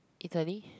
italy